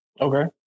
Okay